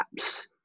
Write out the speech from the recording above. apps